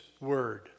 word